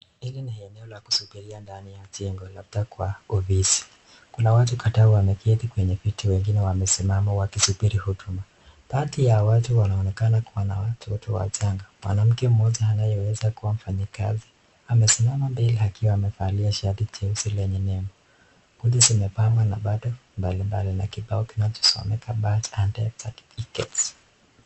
Hili ni eneo la kusubiria ndani ya jengo labda kwa ofisi, kuna watu kadhaa wameketi kwenye viti wengine wamesimama wakisubiri huduma. Baadhi ya watu wanaonekana kuwa na watoto wachanga, mwanamke mmoja anayeweza kuwa mfanyikazi amesimama mbele akiwa amevalia shati jeusi lenye nembo. Kiti zimepangwa na bado mbalimbali na kibao kinachosomeka birth and death certificate .